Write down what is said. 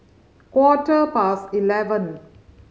quarter past eleven